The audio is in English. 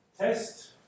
test